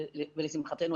ולשמחתנו,